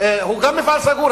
הוא גם מפעל סגור.